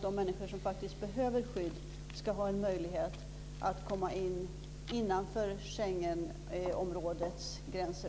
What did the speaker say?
De människor som faktiskt behöver skydd ska ha en möjlighet att komma in innanför Schengenområdets gränser.